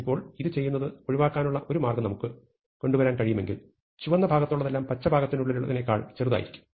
ഇപ്പോൾ ഇത് ചെയ്യുന്നത് ഒഴിവാക്കാനുള്ള ഒരു മാർഗ്ഗം നമുക്ക് കൊണ്ടുവരാൻ കഴിയുമെങ്കിൽ ചുവന്ന ഭാഗത്തുള്ളതെല്ലാം പച്ച ഭാഗത്തിനുള്ളിലുള്ളതിനേക്കാൾ ചെറുതായിരിക്കും